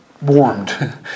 warmed